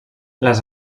les